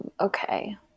Okay